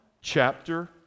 chapter